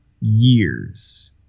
years